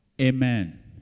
Amen